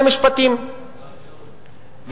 כשהיו מענקי מקום,